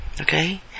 Okay